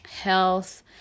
health